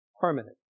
Permanent